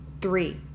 Three